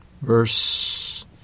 verse